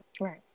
right